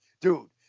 Dude